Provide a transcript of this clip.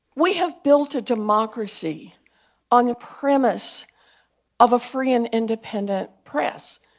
we have built a democracy on the premise of a free and independent press.